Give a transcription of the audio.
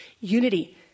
Unity